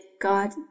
God